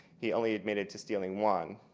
he only admitted to stealing one.